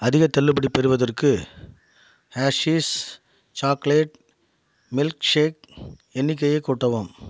அதிக தள்ளுபடி பெறுவதற்கு ஹெர்ஷீஸ் சாக்லேட் மில்க் ஷேக் எண்ணிக்கையை கூட்டவும்